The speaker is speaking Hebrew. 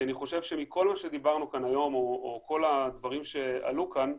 כי אני חושב שמכל מה שדיברנו כאן היום או כל הדברים שעלו כאן,